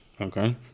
Okay